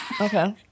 Okay